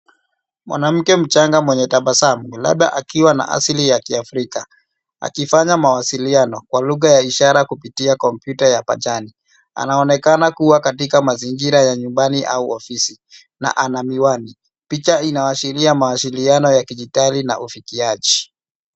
Mwanamke mchanga mwenye tabasamu labda akiwa na asili ya kiafrika akifanya mawasiliano kwa lugha ya ishara kupitia kompyuta ya pajani. Anaonekana kuwa katika mazingira ya nyumbani au ofisi na ana miwani. Picha inaashiria mawasiliano ya kidijitali na ufikiaji.